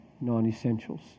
non-essentials